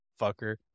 Fucker